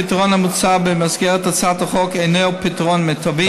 הפתרון המוצע במסגרת הצעת החוק אינו פתרון מיטבי,